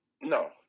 No